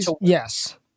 Yes